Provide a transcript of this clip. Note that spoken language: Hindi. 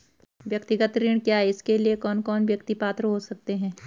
व्यक्तिगत ऋण क्या है इसके लिए कौन कौन व्यक्ति पात्र हो सकते हैं?